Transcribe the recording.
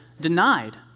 denied